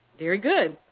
very good.